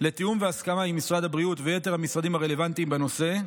לתיאום והסכמה עם משרד הבריאות ויתר המשרדים הרלוונטיים בנושא,